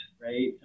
right